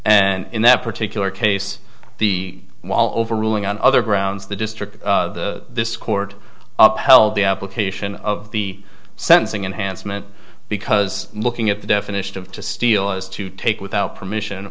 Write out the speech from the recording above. and in that particular case the while over ruling on other grounds the district this court upheld the application of the sentencing unhandsome it because looking at the definition of to steal is to take without permission